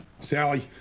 Sally